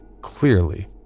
clearly